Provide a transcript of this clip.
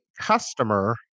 customer